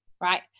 right